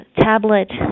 tablet